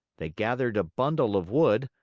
they gathered a bundle of wood,